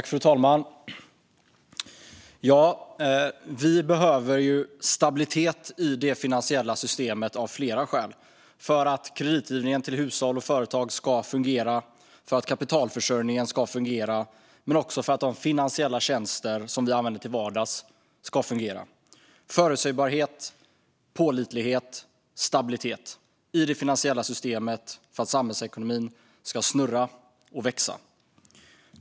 Fru talman! Vi behöver stabilitet i det finansiella systemet av flera skäl. Det behövs för att kreditgivningen till hushåll och företag ska fungera, för att kapitalförsörjningen ska fungera, men också för att de finansiella tjänster som vi använder till vardags ska fungera. Förutsägbarhet, pålitlighet och stabilitet behövs i det finansiella systemet för att samhällsekonomin ska snurra och växa.